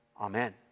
amen